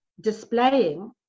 displaying